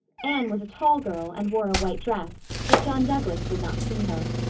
anne was a tall girl and wore a white dress but john douglas did not see her.